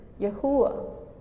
Yahuwah